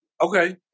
Okay